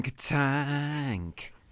Tank